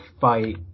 fight